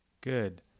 Good